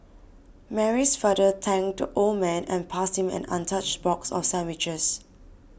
Mary's father thanked the old man and passed him an untouched box of sandwiches